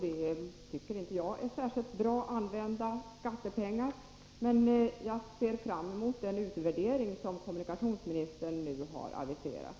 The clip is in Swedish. Det tycker inte jag är särskilt väl använda skattepengar. Jag ser fram mot den utvärdering som kommunikationsministern nu har aviserat.